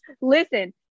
listen